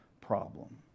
problem